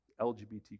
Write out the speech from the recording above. LGBT